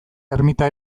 ermita